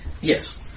Yes